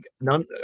none